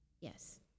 Yes